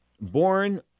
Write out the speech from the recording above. born